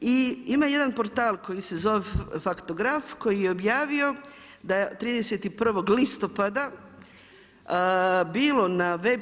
I ima jedan portal koji se zove Faktograf koji je objavio da je 31. listopada bilo na web.